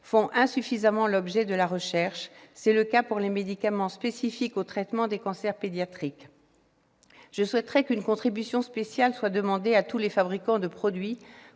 sont insuffisamment investis par la recherche. C'est le cas des médicaments spécifiques aux traitements des cancers pédiatriques. Je souhaiterais qu'une contribution spéciale soit demandée à tous les fabricants de produits